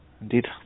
indeed